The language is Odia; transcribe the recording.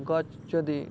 ଗଛ୍ ଯଦି